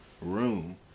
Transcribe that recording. room